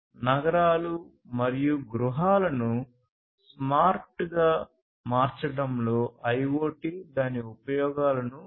నగరాలు మరియు గృహాలను స్మార్ట్గా మార్చడంలో IoT దాని ఉపయోగాలను కలిగి ఉంది